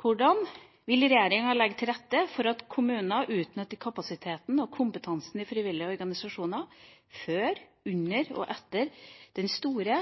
Hvordan vil regjeringa legge til rette for at kommuner utnytter kapasiteten og kompetansen i frivillige organisasjoner før, under og etter at den store